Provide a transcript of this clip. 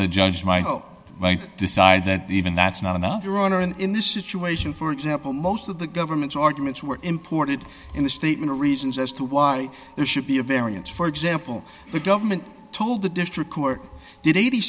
the judge might decide that the even that's not enough your honor and in this situation for example most of the government's arguments were imported in the statement of reasons as to why there should be a variance for example the government told the district court did eighty